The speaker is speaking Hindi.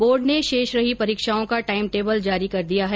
बोर्ड ने शेष रही परीक्षाओं का टाइम टेबल जारी कर दिया है